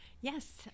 Yes